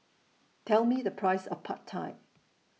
Tell Me The Price of Pad Thai